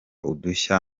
udushya